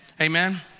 amen